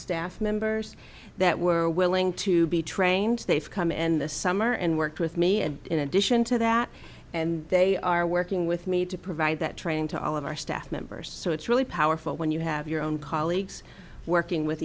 staff members that were willing to be trained they've come in this summer and worked with me and in addition to that and they are working with me to provide that training to all of our staff members so it's really powerful when you have your own colleagues working with